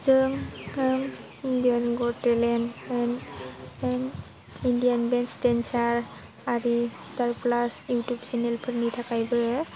जों ओं Indian got talent होन इन्दियान बेस्ट देनसार आरि स्टार प्लास इउटुब चेनेल फोरनि थाखायबो